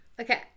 okay